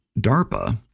DARPA